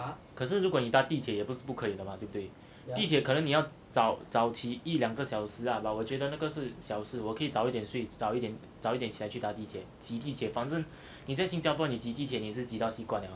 可是如果你搭地铁也不是不可以的嘛对不对地铁可能你要早早起一两个小时啊 but 我觉得那个是小事我可以早一点睡早一点早一点起来去搭地铁挤地铁反正你在新加坡你挤地铁你也是挤到习惯了 [what]